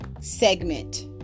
segment